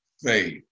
faith